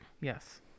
yes